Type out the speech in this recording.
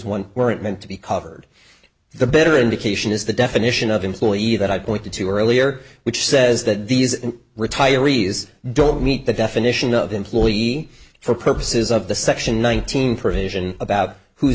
one weren't meant to be covered the better indication is the definition of employee that i pointed to earlier which says that these and retirees don't meet the definition of employee for purposes of the section one thousand provision about who's